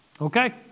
Okay